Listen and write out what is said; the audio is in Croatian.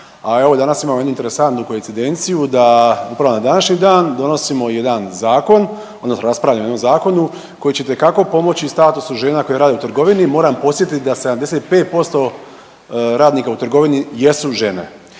a evo danas imamo jednu interesantnu koincidenciju da upravo na današnji dan donosimo jedan zakon odnosno raspravljamo o jednom zakonu koji će itekako pomoći statusu žena koje rade u trgovini. Moram podsjetit da 75% radnika u trgovini jesu žene.